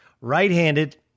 right-handed